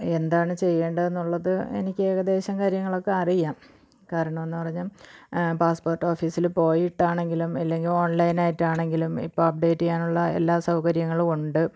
എന്താണ് ചെയ്യേണ്ടത് എന്നുള്ളത് എനിക്ക് ഏകദേശം കാര്യങ്ങളൊക്കെ അറിയാം കാരണമെന്ന് പറഞ്ഞാൽ പാസ്സ്പോർട്ട് ഓഫീസിൽ പോയിട്ട് ആണെങ്കിലും ഇല്ലെങ്കിൽ ഓൺലൈൻ ആയിട്ടാണ് എങ്കിലും ഇപ്പം അപ്ഡേറ്റ് ചെയ്യാനുള്ള എല്ലാ സൗകര്യങ്ങളുമുണ്ട്